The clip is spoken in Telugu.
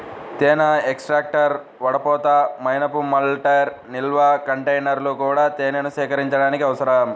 తేనె ఎక్స్ట్రాక్టర్, వడపోత, మైనపు మెల్టర్, నిల్వ కంటైనర్లు కూడా తేనెను సేకరించడానికి అవసరం